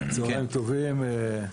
טובים,